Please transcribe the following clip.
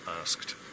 asked